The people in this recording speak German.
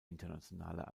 internationaler